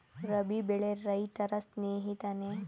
ರಾಬಿ ಬೆಳೆ ರೈತರ ಸ್ನೇಹಿತನೇ?